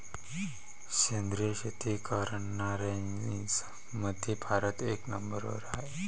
सेंद्रिय शेती करनाऱ्याईमंधी भारत एक नंबरवर हाय